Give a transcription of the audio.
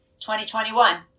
2021